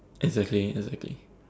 exactly exactly